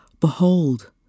Behold